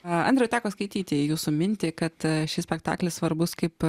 andriau teko skaityti jūsų mintį kad šis spektaklis svarbus kaip